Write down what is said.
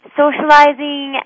socializing